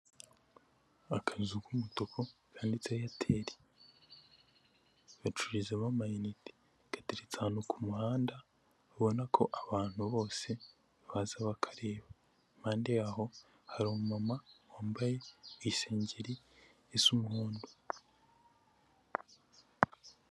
Akazu k'umutuku kanditseho eyateli, bacururizamo amayinite gateretse ahantu ku muhanda babona ko abantu bose baza bakareba ,impande yaho hari umumama wambaye isengeri isa umuhondo.